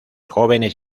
jóvenes